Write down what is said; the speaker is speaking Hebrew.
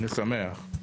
אני שמח.